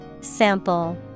Sample